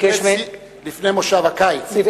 לפני מושב הקיץ.